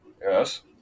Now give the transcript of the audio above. Yes